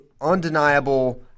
undeniable